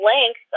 length